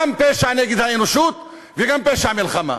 גם פשע נגד האנושות וגם פשע מלחמה.